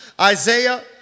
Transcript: Isaiah